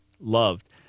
loved